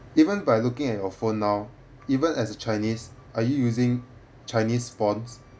even by looking at your phone now even as a chinese are you using chinese fonts